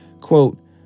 quote